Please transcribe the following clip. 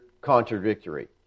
contradictory